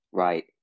Right